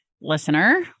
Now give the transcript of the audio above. listener